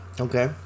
Okay